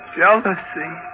jealousy